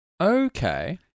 Okay